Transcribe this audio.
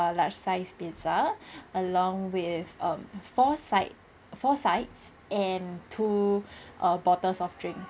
~(err) large size pizza along with um four sides four sides and two err bottles of drinks